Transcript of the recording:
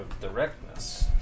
directness